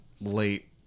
late